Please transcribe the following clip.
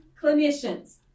clinicians